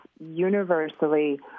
universally